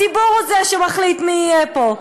הציבור הוא שמחליט מי יהיה פה,